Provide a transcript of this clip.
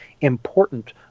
important